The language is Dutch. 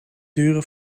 duren